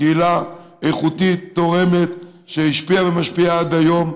קהילה איכותית, תורמת, שהשפיעה ומשפיעה עד היום.